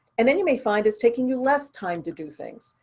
and then you may find it's taking you less time to do things.